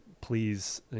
please